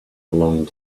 belong